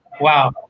wow